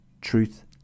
truth